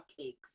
cupcakes